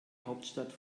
hauptstadt